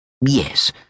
Yes